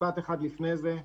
משפט אחד לפני זה: